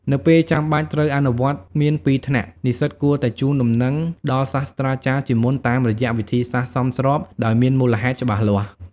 នៅពេលចាំបាច់ត្រូវអវត្តមានពីថ្នាក់ និស្សិតគួរតែជូនដំណឹងដល់សាស្រ្តាចារ្យជាមុនតាមរយៈវិធីសាស្រ្តសមស្របដោយមានមូលហេតុច្បាស់លាស់។